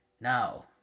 Now